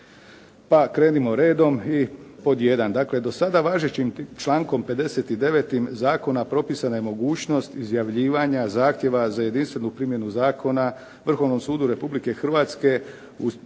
Pa krenimo redom i pod jedan. Dakle, do sada važećim člankom 59. zakona propisana je mogućnost izjavljivanja zahtjeva za jedinstvenu primjenu zakona Vrhovnom sudu Republike Hrvatske u smislu,